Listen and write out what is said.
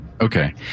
Okay